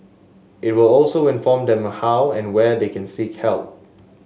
it will also inform them how and where they can seek help